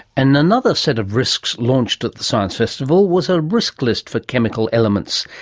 and another set of risks launched at the science festival was a risk list for chemical elements,